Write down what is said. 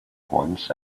once